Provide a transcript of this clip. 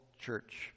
church